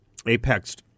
apexed